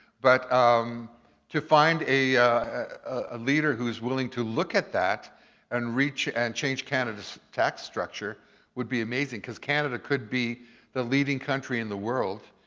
but um to find a ah leader who's willing to look at that and reach and change canada's tax structure would be amazing. cause canada could be the leading country in the world.